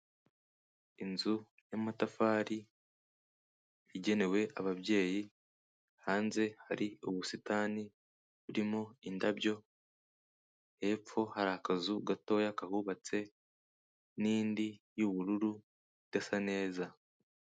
Inzu y'amatafari igenewe ababyeyi, hanze hari ubusitani burimo indabyo, hepfo hari akazu gatoya kahubatse n'indi y'ubururu idasa neza.